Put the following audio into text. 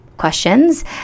Questions